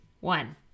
one